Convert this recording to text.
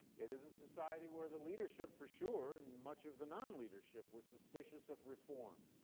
it is a society where the leadership for sure, and much of the non-leadership, were suspicious of reform,